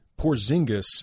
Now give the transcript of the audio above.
Porzingis